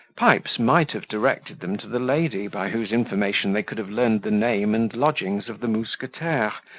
pipes might have directed them to the lady, by whose information they could have learned the name and lodgings of the mousquetaire,